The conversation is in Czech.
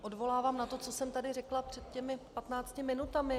Odvolávám se na to, co jsem tady řekla před těmi patnácti minutami.